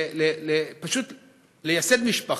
לייסד משפחה,